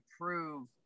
prove